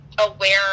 aware